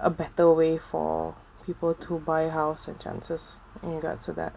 a better way for people to buy house and chances in regards to that